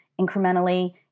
incrementally